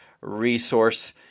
resource